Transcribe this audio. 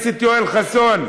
חסון,